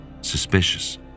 suspicious